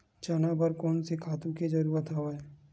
चना बर कोन से खातु के जरूरत हवय?